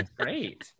great